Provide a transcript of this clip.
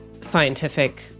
scientific